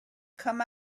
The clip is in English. come